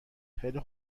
خیلی